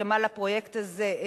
ששמע על הפרויקט הזה,